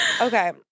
Okay